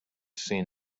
seen